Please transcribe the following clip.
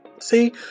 See